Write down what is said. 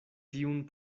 tiun